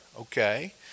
Okay